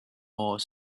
more